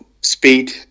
speed